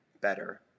better